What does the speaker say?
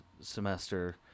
semester